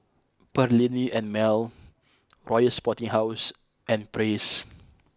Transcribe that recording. Perllini and Mel Royal Sporting House and Praise